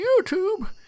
YouTube